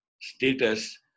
status